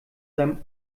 seinem